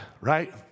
right